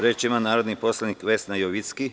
Reč ima narodni poslanik Vesna Jovicki.